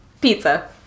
Pizza